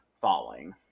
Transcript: falling